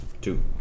Two